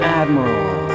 admiral